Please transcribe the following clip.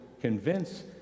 convince